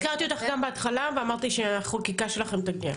הזכרתי אותך גם בהתחלה ואמרתי שהחקיקה שלכם תגיע.